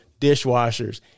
dishwashers